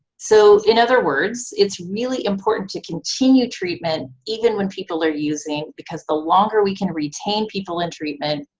so, in other words, it's really important to continue treatment even when people are using because the longer we can retain people in treatment,